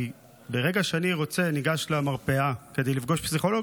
כי ברגע שאני ניגש למרפאה כדי לפגוש פסיכולוג,